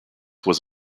was